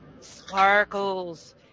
Sparkles